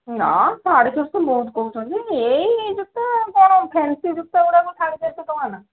ନା ସାଢ଼େ ଚାରିଶହ ବହୁତ କହୁଛନ୍ତି ଏହି ଜୋତା କ'ଣ ଫେନ୍ସି ଜୋତାଗୁଡ଼ିକ ସାଢ଼େ ଚାରିଶହ ଟଙ୍କା ନା